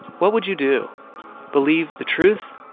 what would you do believe the truth,